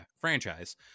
Franchise